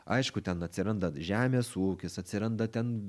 aišku ten atsiranda žemės ūkis atsiranda ten